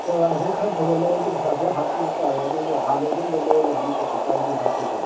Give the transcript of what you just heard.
ꯍꯣꯏ ꯍꯣꯏ ꯑꯗꯩ ꯈꯔ ꯐꯕ ꯂꯧꯔꯗꯤ ꯄꯩꯁꯥ ꯈꯔ ꯍꯥꯞꯄꯤꯕ ꯇꯥꯔꯦ ꯑꯗꯨꯒ ꯍꯥꯟꯅꯒꯤ ꯑꯗꯨꯝꯕ ꯂꯧꯔꯒꯗꯤ ꯀꯩꯁꯨ ꯀꯥꯏꯗꯦ ꯍꯥꯞꯇ꯭ꯔꯁꯨ